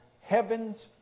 heavens